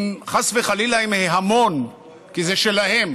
חס וחלילה, עם ההמון, כי זה שלהם.